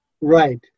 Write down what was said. Right